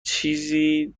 چیزی